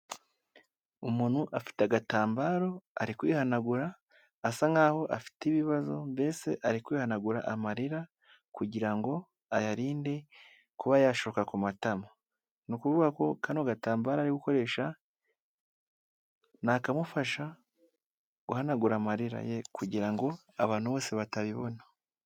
Umuntu afite agatambaro ari kwihanagura asa nk'aho afite ibibazo, mbese ari kwihanagura amarira kugira ngo ayarinde kuba yashoka ku matama. Ni ukuvuga ko kano gatambaro ari gukoresha nakamufasha guhanagura amarira ye, kugira ngo abantu bose batabibona.